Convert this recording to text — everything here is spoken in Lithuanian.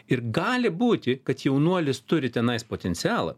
ir gali būti kad jaunuolis turi tenais potencialą